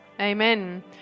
amen